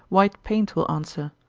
white paint will answer.